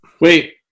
Wait